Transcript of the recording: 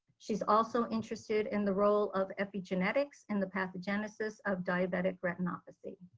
she is also interested in the role of epigenetics in the pathogenesis of diabetic retinopathy.